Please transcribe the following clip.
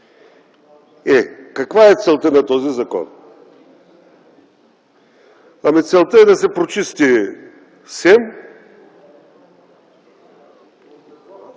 Е, каква е целта на този закон? Ами целта е да се прочисти СЕМ